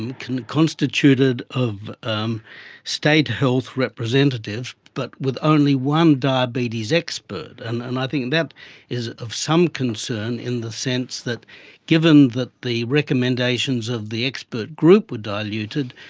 and constituted of um state health representatives, but with only one diabetes expert, and i think that is of some concern in the sense that given that the recommendations of the expert group were diluted,